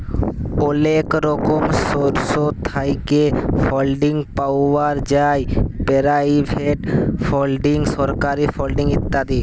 অলেক রকমের সোর্স থ্যাইকে ফাল্ডিং পাউয়া যায় পেরাইভেট ফাল্ডিং, সরকারি ফাল্ডিং ইত্যাদি